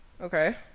Okay